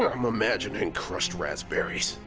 i'm imagining crushed raspberries.